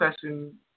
session